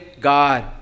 God